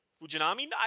Fujinami